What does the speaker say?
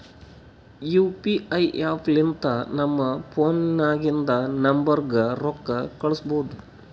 you P I app ಲಿಂತ ನಮ್ ಫೋನ್ನಾಗಿಂದ ನಂಬರ್ಗ ರೊಕ್ಕಾ ಕಳುಸ್ಬೋದ್